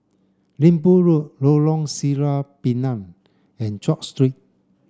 Minbu Road Lorong Sireh Pinang and George Street